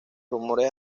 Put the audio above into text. rumores